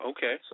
Okay